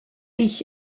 ich